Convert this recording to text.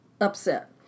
upset